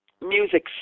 Music